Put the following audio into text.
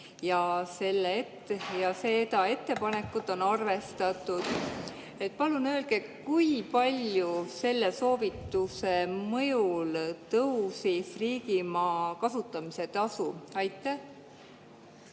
sulgemiseks. Seda ettepanekut on arvestatud. Palun öelge, kui palju selle soovituse mõjul tõusis riigimaa kasutamise tasu. Aitäh!